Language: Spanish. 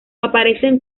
aparecen